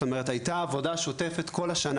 זאת אומרת, הייתה עבודה שוטפת כל השנה.